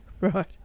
Right